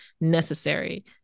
necessary